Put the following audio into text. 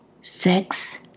Sex